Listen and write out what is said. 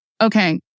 Okay